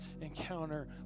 encounter